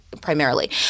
primarily